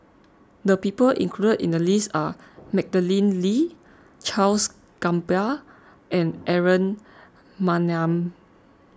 the people included in the list are Madeleine Lee Charles Gamba and Aaron Maniam